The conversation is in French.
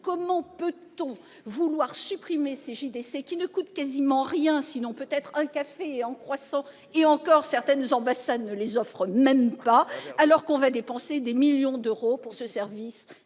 inconcevable de vouloir supprimer ces JDC qui ne coûtent quasiment rien, sinon peut-être un café et un croissant- et encore, certaines ambassades ne les offrent même pas !-, alors que l'on va dépenser des millions d'euros pour le service